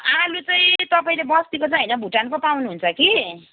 आलु चाहिँ तपाईँले बस्तीको चाहिँ होइन कि भुटानको चाहिँ पाउनु हुन्छ कि